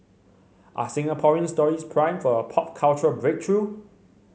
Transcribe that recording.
are Singaporean stories primed for a pop cultural breakthrough